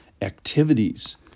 Activities